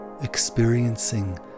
experiencing